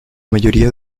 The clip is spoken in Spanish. mayoría